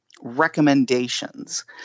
recommendations